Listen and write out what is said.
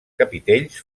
capitells